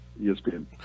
ESPN